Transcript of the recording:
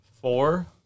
Four